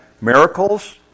miracles